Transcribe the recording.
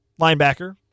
linebacker